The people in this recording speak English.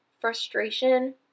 frustration